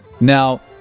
Now